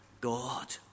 God